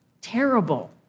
terrible